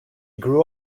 grew